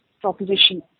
proposition